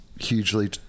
hugely